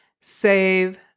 save